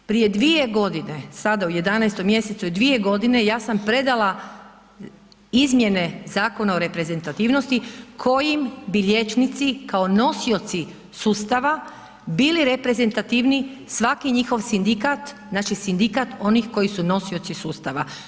Prije 2 godine, sada u 11. mjesecu je 2 godine i ja sam predala Izmjene Zakona o reprezentativnosti kojim bi liječnici kao nosioci sustava bili reprezentativni, svaki njihov sindikat, znači sindikat onih koji su nosioci sustava.